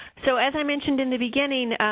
so, as i mentioned in the beginning,